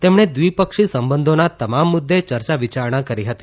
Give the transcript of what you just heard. તેમણે દ્વિપક્ષી સંબંધોના તમામ મુદ્દે ચર્ચા વિયારણા કરી હતી